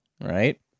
Right